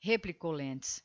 replicou lentz